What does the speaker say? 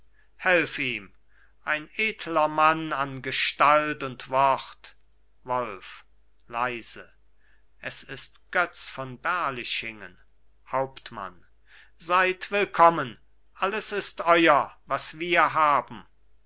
ihm ein edler mann an gestalt und wort wolf leise es ist götz von berlichingen hauptmann seid willkommen alles ist euer was wir haben